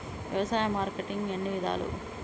వ్యవసాయ మార్కెటింగ్ ఎన్ని విధాలు?